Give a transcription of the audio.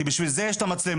כי בשביל זה יש את המצלמות,